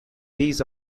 these